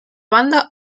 banda